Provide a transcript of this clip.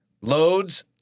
loads